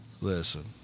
Listen